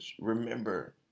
remember